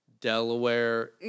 Delaware